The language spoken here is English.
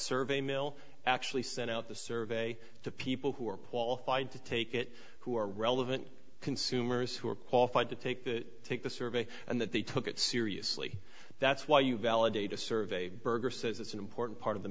survey mill actually sent out the survey to people who are paul fide to take it who are relevant consumers who are qualified to take the take the survey and that they took it seriously that's why you validate a survey berger says it's an important part of the